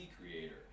creator